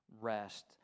rest